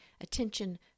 attention